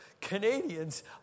Canadians